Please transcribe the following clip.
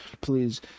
please